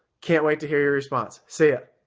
can't wait to hear your response. see ah